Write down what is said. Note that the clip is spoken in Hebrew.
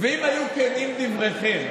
ואם היו כנים דבריכם,